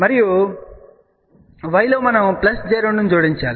మరియు y లో మనం j 2 ను జోడించాలి